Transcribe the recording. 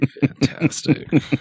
Fantastic